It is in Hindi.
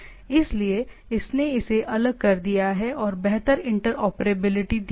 इसलिए इसने इसे अलग कर दिया और बेहतर इंटरऑपरेबिलिटी दी